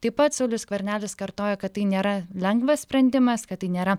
taip pat saulius skvernelis kartojo kad tai nėra lengvas sprendimas kad tai nėra